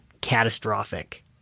catastrophic